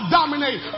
dominate